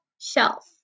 shelf